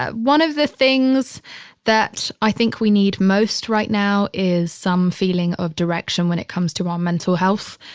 ah one of the things that i think we need most right now is some feeling of direction when it comes to our mental health.